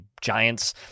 giants